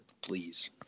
please